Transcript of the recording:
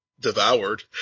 Devoured